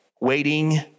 waiting